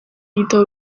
igitabo